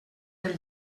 del